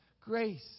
grace